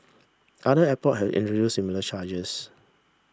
other airport have introduce similar charges